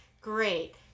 great